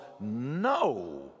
no